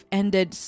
ended